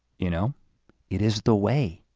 you know it is the way,